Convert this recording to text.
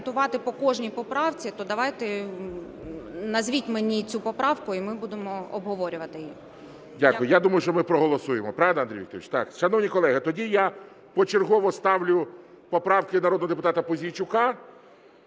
Дякую. Я думаю, що ми проголосуємо. Правда, Андрій Вікторович? Так, шановні колеги, тоді я почергово ставлю поправки народного депутата Пузійчука.